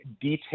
detail